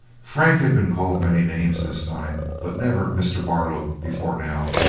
frank had been called many names in his time, but never mr. barlow before now.